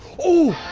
oh